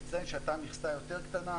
נציין שהייתה מכסה יותר קטנה,